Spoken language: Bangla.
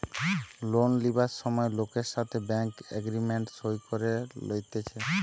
লোন লিবার সময় লোকের সাথে ব্যাঙ্ক এগ্রিমেন্ট সই করে লইতেছে